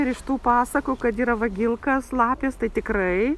ir iš tų pasakų kad yra vagilkos lapės tai tikrai